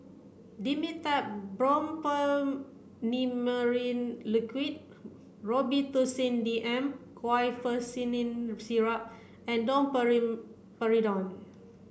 Dimetapp Brompheniramine Liquid Robitussin D M Guaiphenesin Syrup and